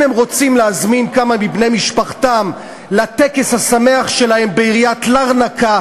אם הם רוצים להזמין כמה מבני משפחתם לטקס השמח שלהם בעיריית לרנקה,